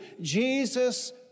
Jesus